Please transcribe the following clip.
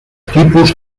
tipus